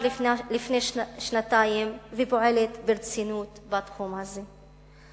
לפני שנתיים ופועלת ברצינות בתחום הזה.